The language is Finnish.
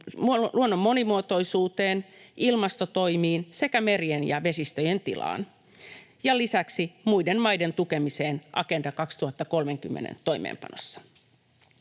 luonnon monimuotoisuuteen, ilmastotoimiin sekä merien ja vesistöjen tilaan ja lisäksi muiden maiden tukemiseen Agenda 2030:n toimeenpanossa.